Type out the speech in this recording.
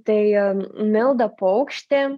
tai milda paukštė